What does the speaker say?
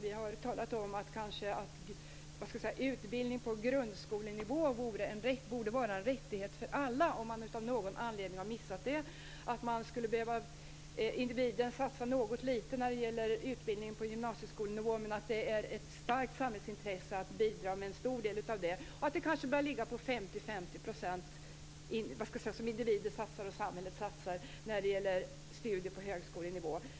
Vi har talat om att utbildning på grundskolenivå borde vara en rättighet för alla om någon av någon anledning har missat den. Vi har talat om att individen skulle behöva satsa något lite när det gäller utbildning på gymnasieskolenivå men att det är ett starkt samhällsintresse att bidra med en stor del av detta. När det gäller studier på högskolenivå har vi sagt att nivån kanske borde vara att individen satsar 50 % och samhället 50 %.